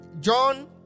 john